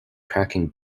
cracking